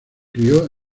crio